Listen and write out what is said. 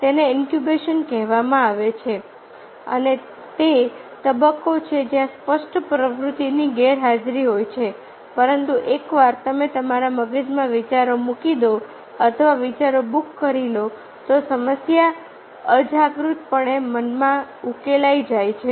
તેને ઇન્ક્યુબેશન કહેવામાં આવે છે અને તે તબક્કો છે જ્યાં સ્પષ્ટ પ્રવૃત્તિની ગેરહાજરી હોય છે પરંતુ એકવાર તમે તમારા મગજમાં વિચારો મૂકી દો અથવા વિચારો બુક કરી લો તો સમસ્યા અજાગૃતપણે મનમાં ઉકેલાઈ જાય છે